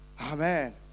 Amen